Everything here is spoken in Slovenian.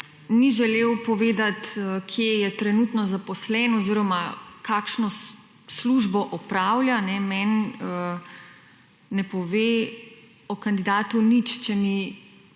ni želel povedati kje je trenutno zaposlen oziroma kakšno službo opravlja. Meni ne pove o kandidatu nič, če mi